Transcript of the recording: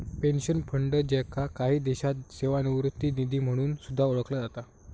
pension fund, ज्याका काही देशांत सेवानिवृत्ती निधी म्हणून सुद्धा ओळखला जाता